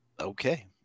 Okay